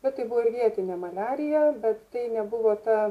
bet tai buvo ir vietinė maliarija bet tai nebuvo ta